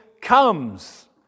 comes